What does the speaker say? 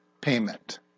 payment